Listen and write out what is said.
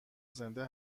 زنده